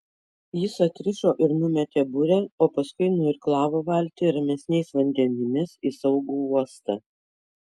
jis atrišo ir numetė burę o paskui nuirklavo valtį ramesniais vandenimis į saugų uostą